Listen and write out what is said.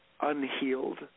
unhealed